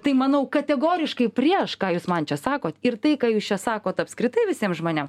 tai manau kategoriškai prieš ką jūs man čia sakot ir tai ką jūs čia sakot apskritai visiem žmonėm